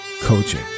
coaching